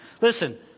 Listen